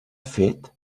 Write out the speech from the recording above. fet